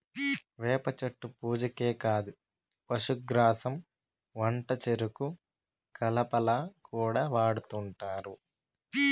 వేప చెట్టు పూజకే కాదు పశుగ్రాసం వంటచెరుకు కలపగా కూడా వాడుతుంటారు